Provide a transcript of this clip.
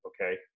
Okay